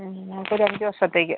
ഞങ്ങൾക്ക് ഒരു അഞ്ച് വർഷത്തേക്ക്